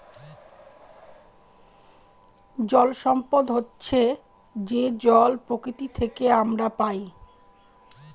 জল সম্পদ হচ্ছে যে জল প্রকৃতি থেকে আমরা পায়